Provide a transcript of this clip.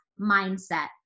mindset